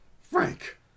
frank